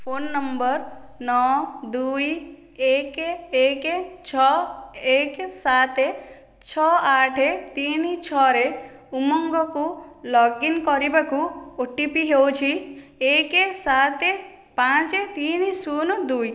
phone number ନଅ ଦୁଇ ଏକ ଏକ ଛଅ ଏକ ସାତ ଛଅ ଆଠ ତିନି ଛଅରେ ଉମଙ୍ଗ୍କୁ ଲଗ୍ଇନ୍ କରିବାକୁ ଓ ଟି ପି ହେଉଛି ଏକ ସାତ ପାଞ୍ଚ ତିନି ଶୂନ ଦୁଇ